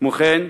כמו כן,